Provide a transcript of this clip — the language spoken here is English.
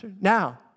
Now